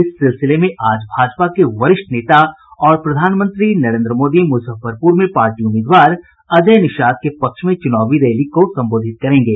इस सिलसिले में आज भाजपा के वरिष्ठ नेता और प्रधानमंत्री नरेन्द्र मोदी मुजफ्फरपुर में पार्टी उम्मीदवार अजय निषाद के पक्ष में चुनावी रैली को संबोधित करेंगे